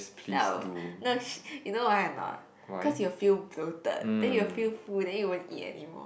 then I will no she you know why or not cause you'll feel bloated then you'll feel full then you won't eat anymore